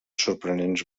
sorprenents